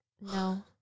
No